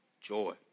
joy